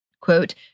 quote